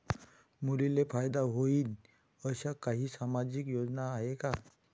मुलींले फायदा होईन अशा काही सामाजिक योजना हाय का?